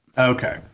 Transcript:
okay